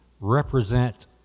represent